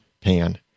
Pan